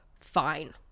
fine